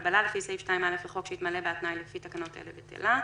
הגבלה לפי סעיף 2(א) לחוק שהתמלא בה התנאי לפי תקנות אלה - בטלה.